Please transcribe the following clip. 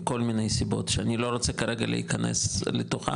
מכל מיני סיבות שאני לא רוצה כרגע להיכנס לתוכם,